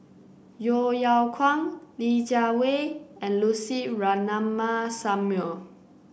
Yeo Yeow Kwang Li Jiawei and Lucy Ratnammah Samuel